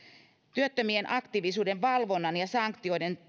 työttömien aktiivisuuden valvonnan ja sanktioiden